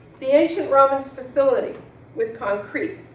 the ancient romans facility with concrete,